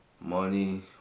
money